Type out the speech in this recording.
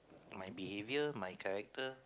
my behaviour my character